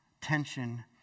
tension